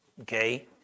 okay